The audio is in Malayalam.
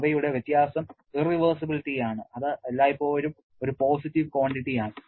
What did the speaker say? അവയുടെ വ്യത്യാസം ഇറവെർസിബിലിറ്റി ആണ് അത് എല്ലായ്പ്പോഴും ഒരു പോസിറ്റീവ് ക്വാണ്ടിറ്റി ആണ്